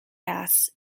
gas